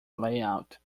layout